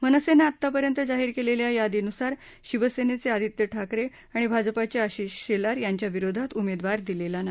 मनसेनं आत्तापर्यंत जाहीर केलेल्या यादीनुसार शिवसेनेचे आदित्य ठाकरे आणि भाजपाचे आशिष शेलार यांच्या विरोधात उमेदवार दिलेला नाही